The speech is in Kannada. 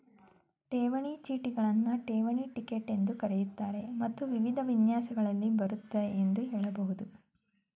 ಠೇವಣಿ ಚೀಟಿಗಳನ್ನ ಠೇವಣಿ ಟಿಕೆಟ್ ಎಂದೂ ಕರೆಯುತ್ತಾರೆ ಮತ್ತು ವಿವಿಧ ವಿನ್ಯಾಸಗಳಲ್ಲಿ ಬರುತ್ತೆ ಎಂದು ಹೇಳಬಹುದು